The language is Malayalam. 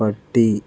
പട്ടി